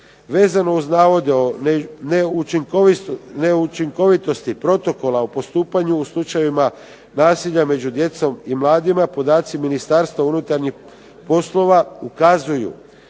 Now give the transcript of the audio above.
Vezano uz navode neučinkovitosti protokola o postupanju u slučajevima nasilja među djecom i mladima, podaci Ministarstva unutarnjih poslova ukazuju